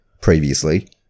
previously